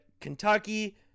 Kentucky